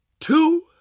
two